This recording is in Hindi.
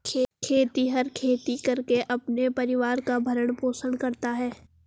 खेतिहर खेती करके अपने परिवार का भरण पोषण करता है